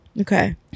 Okay